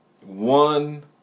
one